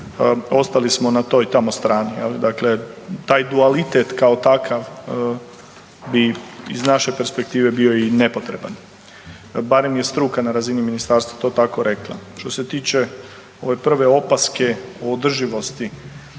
ostali smo na toj tamo strani. Dakle, taj dualitet kao takav bi iz naše perspektive bio i nepotreban, barem je struka na razini ministarstva to tako rekla. Što se tiče ove prve opaske o održivosti,